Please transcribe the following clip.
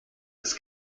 des